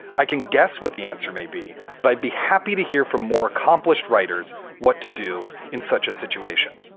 i can guess what the answer may be, but i'd be happy to hear from more accomplished writers. what to do in such a situation.